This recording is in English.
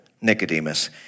Nicodemus